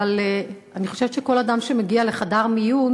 אבל אני חושבת שכל אדם שמגיע לחדר מיון